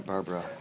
Barbara